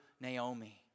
Naomi